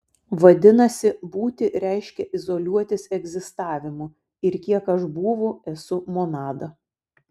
vadinasi būti reiškia izoliuotis egzistavimu ir kiek aš būvu esu monada